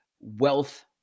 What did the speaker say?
wealth